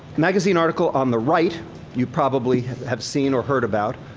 magazine article on the right you probably have seen or heard about.